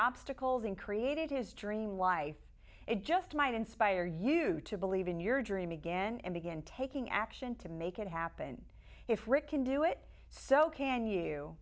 obstacles and created his dream life it just might inspire you to believe in your dream again and again taking action to make it happen if rick can do it so can you